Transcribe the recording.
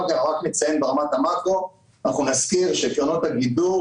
ברמת המאקרו, נזכיר שהנפח של קרנות הגידור